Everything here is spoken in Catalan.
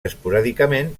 esporàdicament